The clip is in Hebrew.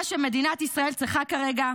מה שמדינת ישראל צריכה כרגע,